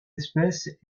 espèce